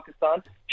Pakistan